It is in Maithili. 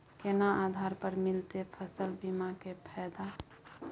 केना आधार पर मिलतै फसल बीमा के फैदा?